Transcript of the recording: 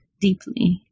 deeply